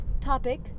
topic